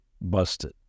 busted